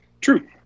True